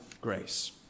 grace